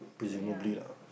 so ya